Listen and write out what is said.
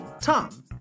Tom